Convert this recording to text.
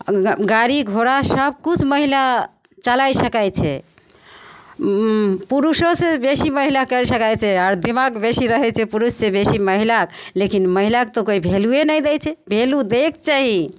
गाड़ी घोड़ा सबकिछु महिला चलाय सकय छै पुरुषोसँ बेसी महिला करि सकय छै आओर दिमाग बेसी रहय छै पुरुषसँ बेसी महिलाके लेकिन महिलाके तऽ कोइ वेल्यूवे नहि दै छै वेल्यू दैके चाही